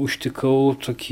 užtikau tokį